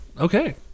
Okay